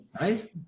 Right